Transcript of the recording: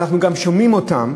אבל אנחנו גם שומעים אותם,